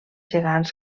gegants